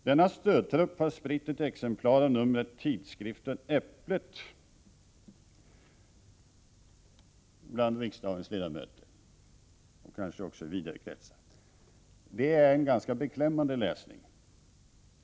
Denna stödtrupp har spritt ett extra nummer av tidskriften Äpplet bland riksdagens ledamöter och kanske också i vidare kretsar. Det är en ganska beklämmande läsning.